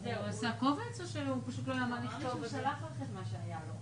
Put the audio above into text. זה מכיוון שבנק הדואר הוא זה שצריך לענות על זה,